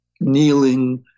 kneeling